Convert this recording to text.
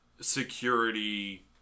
security